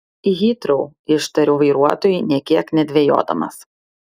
į hitrou ištariu vairuotojui nė kiek nedvejodamas